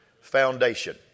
foundation